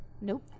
Nope